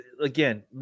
again